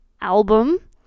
album